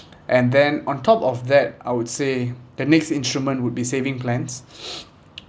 and then on top of that I would say the next instrument would be saving plans